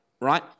right